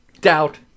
doubt